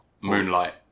moonlight